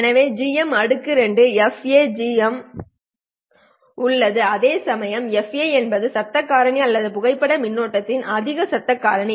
எனவே Gm2FA உள்ளது அதேசமயம் FA என்பது சத்தம் காரணி அல்லது புகைப்பட மின்னோட்டத்தின் அதிக சத்தம் காரணி